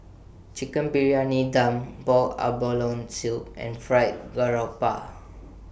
Chicken Briyani Dum boiled abalone Soup and Fried Garoupa